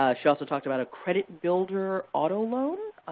ah she also talked about a credit builder auto loan.